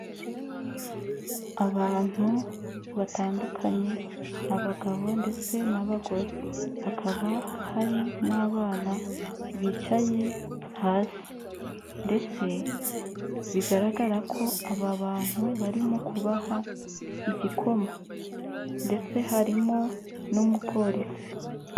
Abantu batandukanye abagabo ndetse n'abagore, hakaba hari n'abana bicaye hasi ndetse bigaragara ko aba bantu barimo kubaha igikoma ndetse harimo n'umupolisi.